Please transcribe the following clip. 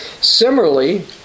Similarly